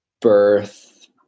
birth